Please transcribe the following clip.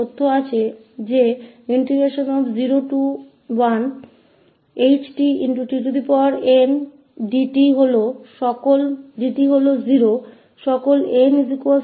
तो हमारे पास यह जानकारी है कि01h𝑡tn𝑑t सभी 𝑛 0123 और इसी तरह के लिए 0 है